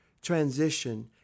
transition